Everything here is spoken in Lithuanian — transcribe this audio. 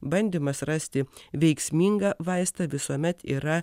bandymas rasti veiksmingą vaistą visuomet yra